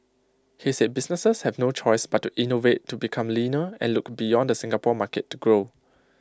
he said businesses have no choice but to innovate to become leaner and look beyond the Singapore market to grow